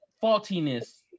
faultiness